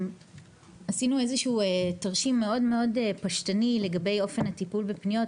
עשינו תרשים מסוים ומאוד פשטני לגבי אופן הטיפול בפניות,